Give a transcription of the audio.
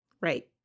Right